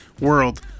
world